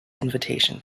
invitation